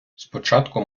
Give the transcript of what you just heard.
спочатку